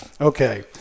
Okay